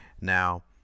Now